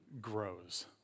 grows